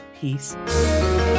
peace